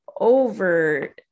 over